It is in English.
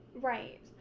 Right